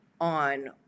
on